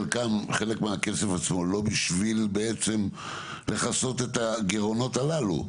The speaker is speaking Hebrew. חלק מהכסף עצמו לא בשביל בעצם לכסות את הגירעונות הללו?